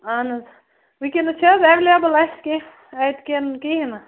اَہَن حظ وُنکٮ۪نس چھَا ایٚویلیبُل اَسہِ کیٚنٛہہ اَتہِ کِنہٕ کِہیٖنٛۍ نہٕ